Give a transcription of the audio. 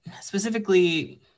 specifically